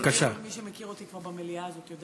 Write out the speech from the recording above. מי שמכיר אותי כבר במליאה הזאת יודע